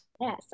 Yes